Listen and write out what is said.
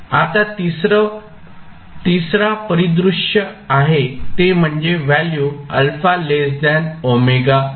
आता तिसरा परिदृश्य आहे ते म्हणजे व्हॅल्यू α ω0